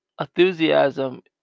enthusiasm